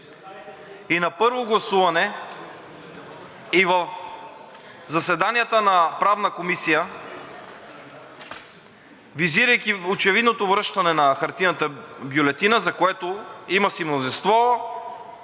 И на първо гласуване, и в заседанията на Правната комисия, визирайки очевидното връщане на хартиената бюлетина, за което си има мнозинство